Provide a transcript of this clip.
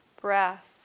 Breath